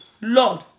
Lord